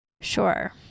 Sure